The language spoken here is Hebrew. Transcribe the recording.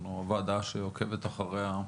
שאנחנו הוועדה שעוקבת אחריה,